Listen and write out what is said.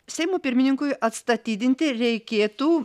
seimo pirmininkui atstatydinti reikėtų